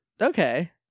Okay